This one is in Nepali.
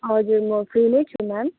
हजुर म फ्री नै छु म्याम